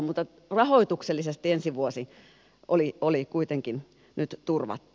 mutta rahoituksellisesti ensi vuosi on kuitenkin nyt turvattu